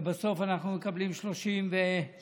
ובסוף אנחנו מקבלים 34